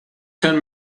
ten